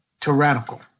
tyrannical